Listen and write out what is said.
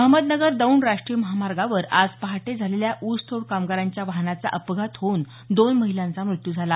अहमदनगर दौंड राष्ट्रीय महामार्गावर आज पहाटे झालेल्या ऊसतोड कामगारांच्या वाहनाचा अपघात होऊन दोन महिलांचा मृत्यू झाला